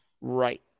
Right